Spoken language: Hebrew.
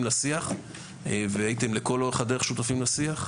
לשיח והייתם לכל אורך הדרך שותפים לשיח,